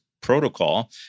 protocol